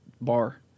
bar